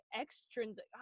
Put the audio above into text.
extrinsic